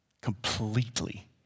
Completely